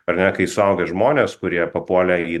ar ne kai suaugę žmonės kurie papuolė į